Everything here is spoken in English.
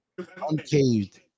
uncaved